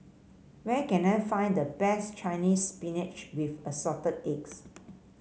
where can I find the best Chinese Spinach with Assorted Eggs